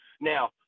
Now